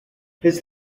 his